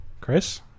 Chris